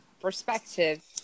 perspective